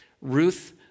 Ruth